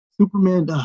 Superman